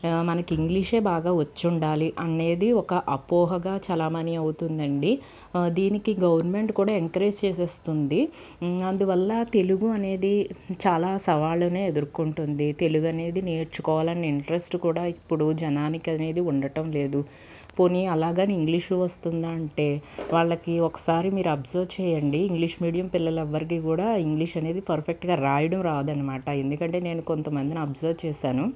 మనకు ఇంగ్లీషే బాగా వచ్చుండాలి అనేది ఒక అపోహగా చలామణి అవుతుందండి దీనికి గవర్నమెంట్ కూడా ఎంకరేజ్ చేసేస్తుంది అందువల్ల తెలుగు అనేది చాలా సవాళ్ళనే ఎదుర్కొంటుంది తెలుగు అనేది నేర్చుకోవాలని ఇంట్రెస్ట్ కూడా ఇప్పుడు జనానికి అనేది ఉండటం లేదు పోనీ అలాగని ఇంగ్లీషు వస్తుందంటే వాళ్ళకి ఒకసారి మీరు అబ్జర్వ్ చేయండి ఇంగ్లీష్ మీడియం పిల్లలు ఎవ్వరికీ కూడా ఇంగ్లీష్ అనేది పర్ఫెక్ట్గా రాయడం రాదనమాట ఎందుకంటే నేను కొంతమందిని అబ్జర్వ్ చేశాను